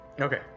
Okay